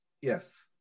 yes